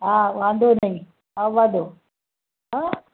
હા વાંધો નહીં આવવા દો હોં